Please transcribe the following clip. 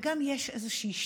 וגם יש איזושהי שתיקה.